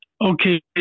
Okay